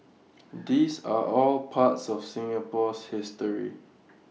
these are all part of Singapore's history